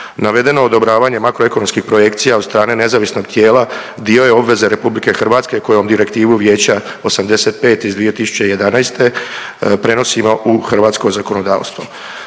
Navedeno odobravanje makroekonomskih projekcija od strane nezavisnog tijela dio je obveze RH kojom Direktivu Vijeća 85 iz 2011. prenosimo u hrvatsko zakonodavstvo.